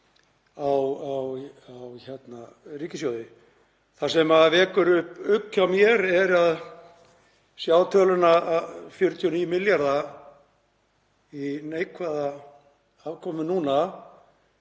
á ríkissjóði. Það sem vekur upp ugg hjá mér er að sjá töluna 49 milljarða í neikvæðri afkomu núna.